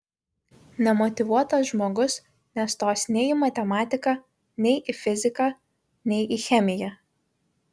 nemotyvuotas žmogus nestos nei į matematiką nei į fiziką nei į chemiją